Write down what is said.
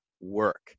work